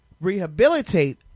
rehabilitate